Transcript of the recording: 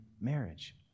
marriage